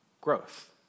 growth